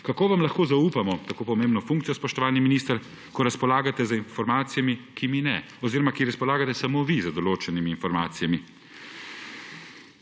Kako vam lahko zaupamo tako pomembno funkcijo, spoštovani minister, ko razpolagate z informacijami, s katerimi mi ne, oziroma samo vi razpolagate z določenimi informacijami?